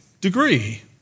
degree